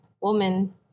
woman